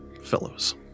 fellows